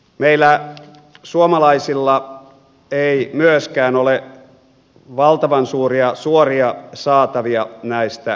meillä suomalaisilla ei myöskään ole valtavan suuria suoria saatavia näistä kriisimaista